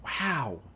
Wow